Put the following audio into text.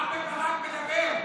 רם בן ברק מדבר.